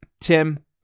Tim